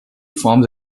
forms